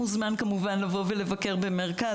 מוזמן כמובן לבוא ולבקר במרכז,